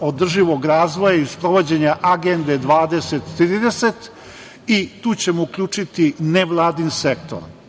održivog razvoja i sprovođenje Agende 2030". Tu ćemo uključiti nevladin sektor. Smatram